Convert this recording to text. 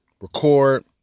record